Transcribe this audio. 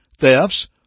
thefts